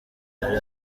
yari